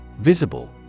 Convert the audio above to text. Visible